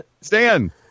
Stan